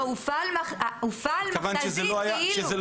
לא, הופעלה מכתזית כאילו